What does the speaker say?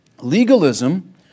Legalism